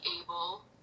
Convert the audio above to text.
able